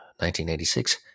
1986